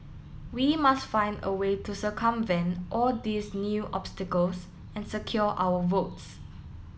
we must find a way to circumvent all these new obstacles and secure our votes